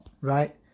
right